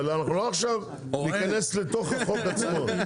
אבל אנחנו לא עכשיו ניכנס לתוך החוק עצמו.